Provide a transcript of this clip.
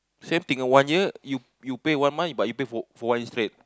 same thing a one year you you pay one month but for for one straight